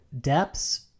Depths